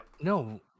No